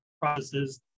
processes